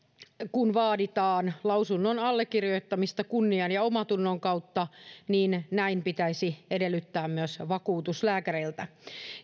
vaaditaan lausunnon allekirjoittamista kunnian ja omantunnon kautta niin näin pitäisi edellyttää myös vakuutuslääkäreiltä